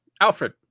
Alfred